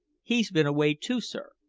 he's been away too, sir.